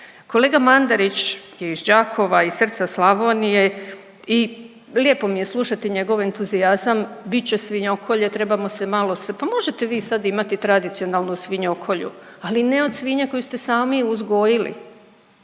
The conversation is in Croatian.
Kolega Mandarić je iz Đakova iz srca Slavonije i lijepo mi je slušati njegov entuzijazam bit će svinjokolje trebamo se malo, pa možete vi i sad imati tradicionalnu svinjokolju, ali ne od svinje koju ste sami uzgojili.